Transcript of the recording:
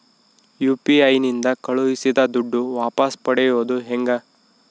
UPI ನಿಂದ ಕಳುಹಿಸಿದ ದುಡ್ಡು ವಾಪಸ್ ಪಡೆಯೋದು ಹೆಂಗ?